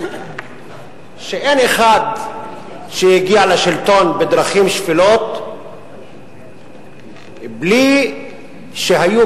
שאין אחד שהגיע לשלטון בדרכים שפלות בלי שהיו